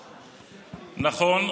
נכון,